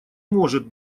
может